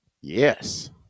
Yes